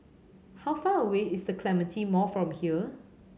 how far away is The Clementi Mall from here